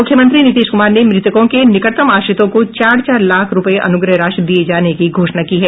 मुख्यमंत्री नीतीश कुमार ने मृतकों के निकटतम आश्रितों को चार चार लाख रूपये अनुग्रह राशि दिये जाने की घोषणा की है